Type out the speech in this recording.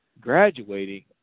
graduating